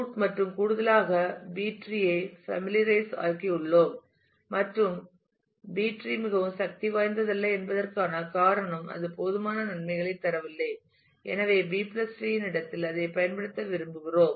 root மற்றும் கூடுதலாக B tree ஐ ஃபேமிலியரைஸ் ஆக்கியுள்ளோம் மற்றும் பி டிரீ மிகவும் சக்திவாய்ந்ததல்ல என்பதற்கான காரணம் அது போதுமான நன்மைகளைத் தரவில்லை எனவே பி டிரீB treeஇன் இடத்தில் அதைப் பயன்படுத்த விரும்புகிறோம்